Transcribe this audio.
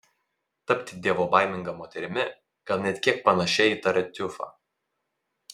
tapti dievobaiminga moterimi gal net kiek panašia į tartiufą